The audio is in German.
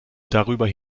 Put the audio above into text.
darüber